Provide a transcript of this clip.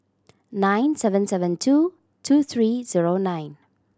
nine seven seven two two three zero nine